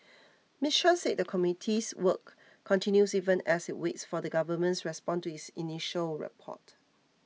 Miss Chan said the committee's work continues even as it waits for the Government's response to its initial report